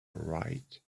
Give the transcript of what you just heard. right